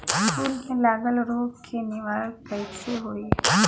फूल में लागल रोग के निवारण कैसे होयी?